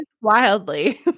wildly